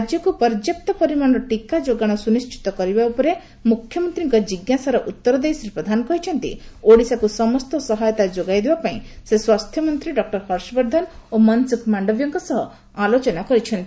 ରାଜ୍ୟକୁ ପନ୍ୟାପ୍ତ ପରିମାଣର ଟିକାଯୋଗାଣ ସୁନିଶ୍ଚିତ କରିବା ଉପରେ ମୁଖ୍ୟମନ୍ତ୍ରୀଙ୍କ ଜିଞ୍ଜାସାର ଉତ୍ତର ଦେଇ ଶ୍ରୀ ପ୍ରଧାନ କହିଛନ୍ତି ଓଡିଶାକୁ ସମସ୍ତ ସହାୟତା ଯୋଗାଇ ଦେବା ପାଇଁ ସେ ସ୍ୱାସ୍ଥ୍ୟମନ୍ତ୍ରୀ ଡକ୍କର ହର୍ଷବର୍ଦ୍ଧନ ଓ ମନସୁଖ ମାଣ୍ଡବ୍ୟଙ୍କ ସହ ଆଲୋଚନା କରିଛନ୍ତି